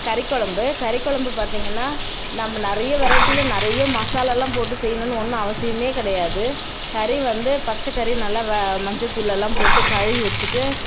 கறிக்குழம்பு கறிக்குழம்பு பார்த்தீங்கன்னா நம்ம நிறைய வெரைட்டியில் நிறையா மசாலாலாம் போட்டு செய்யணுன்னு ஒன்று அவசியமே கிடையாது கறி வந்து பச்சை கறி நல்லா மஞ்ச தூளெல்லாம் போட்டு கழுவி வச்சிட்டு